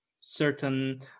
certain